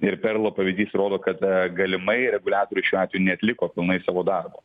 ir perlo pavyzdys rodo kada galimai reguliatorius šiuo atveju neatliko pilnai savo darbo